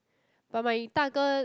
but my 大哥